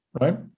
right